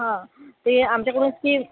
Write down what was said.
हां ते आमच्याकडून फीज